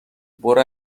برو